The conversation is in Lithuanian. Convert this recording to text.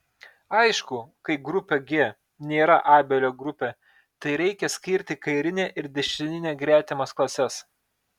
aišku kai grupė g nėra abelio grupė tai reikia skirti kairinę ir dešininę gretimas klases